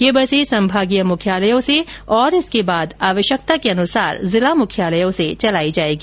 ये बसें संभागीय मुख्यालयों से और उसके बाद आवश्यकतानुसार जिला मुख्यालय से चलाई जायेगी